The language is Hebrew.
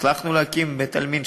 הצלחנו להקים בית-עלמין,